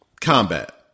Combat